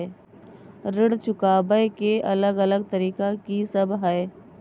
ऋण चुकाबय के अलग अलग तरीका की सब हय?